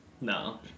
No